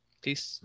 Peace